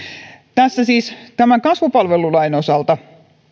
tässä siis tämän kasvupalvelulain osalta